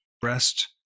breast